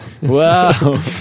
Wow